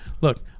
look